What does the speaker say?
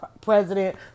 president